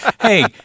Hey